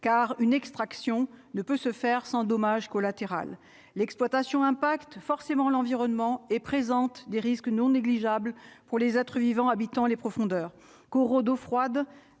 car une extraction ne peut se faire sans dommage collatéral l'exploitation impacte forcément l'environnement et présente des risques non négligeables pour les être vivants habitants les profondeurs coraux d'eau froide